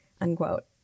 unquote